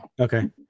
Okay